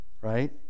right